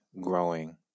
growing